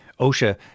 OSHA